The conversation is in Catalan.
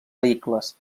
vehicles